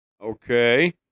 Okay